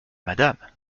madame